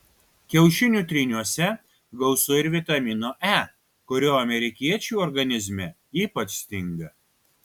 kiaušinių tryniuose gausu ir vitamino e kurio amerikiečių organizme ypač stinga